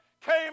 came